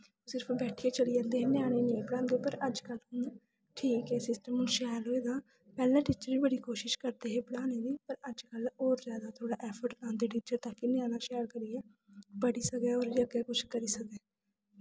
सिर्फ बैठियै चली जंदे हे ञ्यानें गी नेईं पढ़ांदे हे पर अजकल्ल ठीक ऐ सिस्टम हून शैल ऐ होए दा पैह्लें टीचर बी बड़ी कोशश करदे हे पढ़ाने दी पर अजकल्ल होर जैदा ऐफर्ट पांदे टीचर तां कि ञ्याना शैल पढ़ी जाऽ बड़ी सारे होर बी कुछ करी सकदे